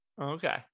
Okay